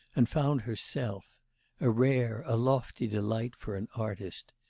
and found herself a rare, a lofty delight for an artist!